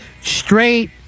straight